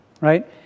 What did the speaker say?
right